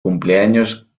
cumpleaños